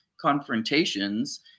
confrontations